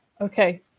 Okay